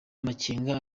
amakenga